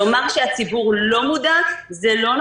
לומר שהציבור לא מודע זה לא נכון.